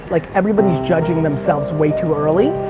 like everybody judging themselves way too early.